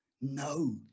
No